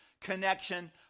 connection